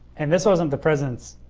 and this wasn't the president's,